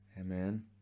amen